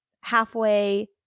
halfway